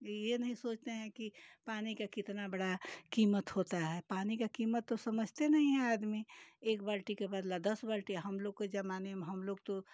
यह नहीं सोचते हैं कि पानी का कितना बड़ा कीमत होता है पानी का कीमत तो समझते नहीं है आदमी एक बाल्टी के बदला दस बाल्टी हम लोग के ज़माने में हम लोग तो